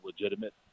legitimate